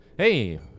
Hey